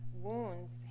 wounds